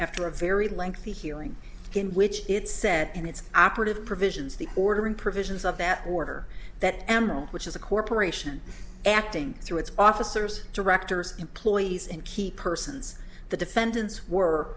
after a very lengthy hearing in which it said in its operative provisions the order in provisions of that order that amaryl which is a corporation acting through its officers directors employees and key persons the defendants were